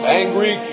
angry